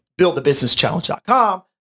buildthebusinesschallenge.com